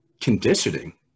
conditioning